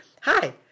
Hi